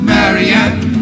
Marianne